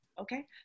okay